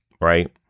right